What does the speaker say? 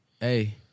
Hey